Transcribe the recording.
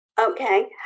Okay